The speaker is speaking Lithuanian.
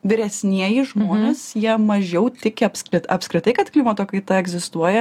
vyresnieji žmonės jie mažiau tiki apskrit apskritai kad klimato kaita egzistuoja